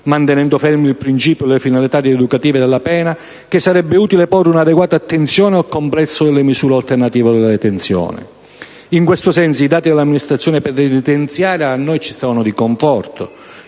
mantenendo fermi il principio e le finalità rieducative della pena, che sarebbe utile porre un'adeguata attenzione al complesso delle misure alternative alla detenzione. In questo senso, i dati dell'amministrazione penitenziaria a noi sono di conforto.